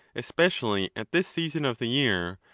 especially at this season of the year,